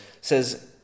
Says